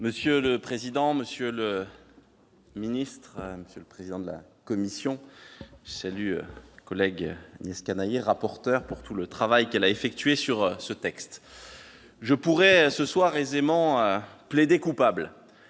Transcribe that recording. Monsieur le président, monsieur le ministre, monsieur le président de la commission, je salue notre collègue Agnès Canayer, rapporteur, pour tout le travail qu'elle a effectué sur ce texte. Je pourrais aisément, ce soir, plaider coupable